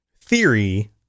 theory